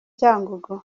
cyangugu